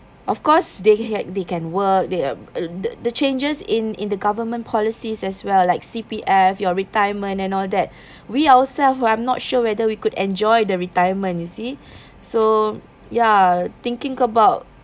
of course they had they can work they uh the the changes in in the government policies as well like C_P_F your retirement and all that we ourselves who I'm not sure whether we could enjoy the retirement you see so ya thinking about